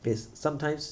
is sometimes